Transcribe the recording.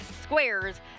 squares